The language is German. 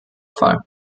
fallen